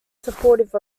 supportive